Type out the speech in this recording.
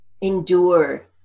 endure